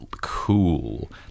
cool